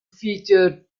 feature